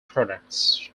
products